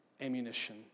ammunition